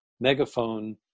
megaphone